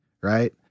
right